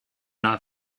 not